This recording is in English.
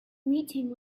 meeting